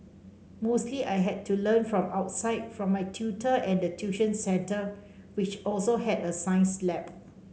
mostly I had to learn from outside from my tutor and the tuition centre which also had a science lab